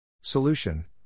Solution